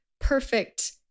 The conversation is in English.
perfect